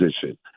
position